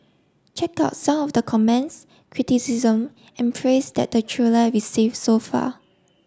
check out some of the comments criticism and praise that the trailer receive so far